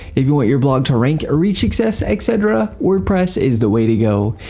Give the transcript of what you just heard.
if you want your blog to rank, reach success, etc. wordpress is the way to go.